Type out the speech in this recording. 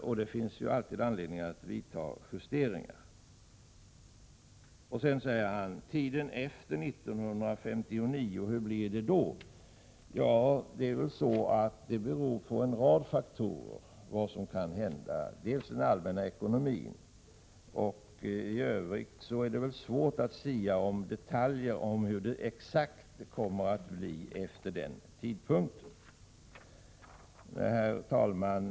Men det går ju alltid att göra justeringar i det. Rolf Kenneryd frågar vidare hur det blir efter 1989. Vad som kan komma att hända beror på en rad faktorer, bl.a. på hur den allmänna ekonomin utvecklas. Det är i övrigt svårt att i olika detaljer sia om hur det exakt blir efter den tidpunkten. Herr talman!